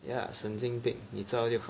ya 神经病你知道就好